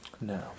No